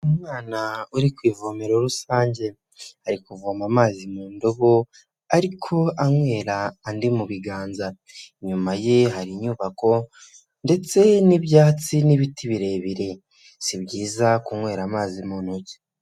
Umwana uri ku ivomero rusange, ari kuvoma amazi mu ndobo, ariko anywera andi mu biganza, inyuma ye hari inyubako, ndetse n'ibyatsi n'ibiti birebire, si byiza kunywera amazi mu ntoki.